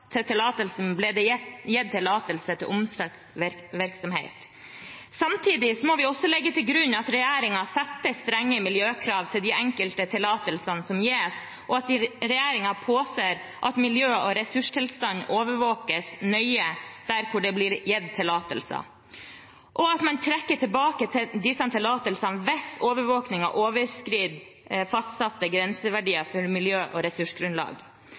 til tillatelsen ble det gitt tillatelse til omsøkt virksomhet.» Samtidig må vi også legge til grunn at regjeringen setter strenge miljøkrav til de enkelte tillatelsene som gis, at regjeringen påser at miljø- og ressurstilstand overvåkes nøye der det blir gitt tillatelse, og at man trekker tilbake disse tillatelsene hvis overvåkingen overskrider fastsatte grenseverdier for miljø- og ressursgrunnlag.